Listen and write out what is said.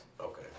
Okay